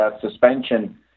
suspension